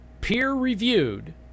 peer-reviewed